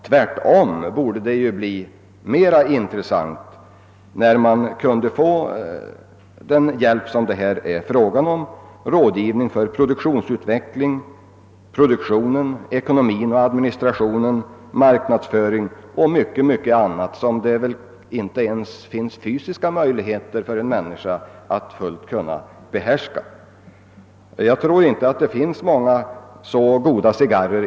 Tvärtom borde uppgiften bli mera intressant om man kunde få den hjälp det här gäller, med rådgivning för produktutveckling, produktion, ekonomi, administration, marknadsföring och mycket annat, som det inte ens är fysiskt möjligt för en människa att helt behärska. Jag tror inte det finns så goda cigarrer.